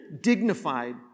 dignified